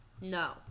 no